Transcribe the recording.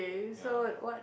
ya